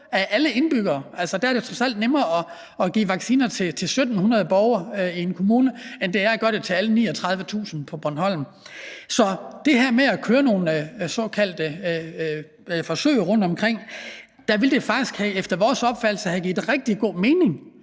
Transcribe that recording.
af alle indbyggere? Det er trods alt nemmere at give en vaccine til 1.700 borgere i en kommune end at give den til alle 39.000 indbyggere på Bornholm. Så i forhold til det her med at køre nogle såkaldte forsøg rundtomkring ville det faktisk efter vores opfattelse have givet rigtig god mening,